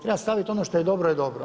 Treba staviti ono što je dobro je dobro.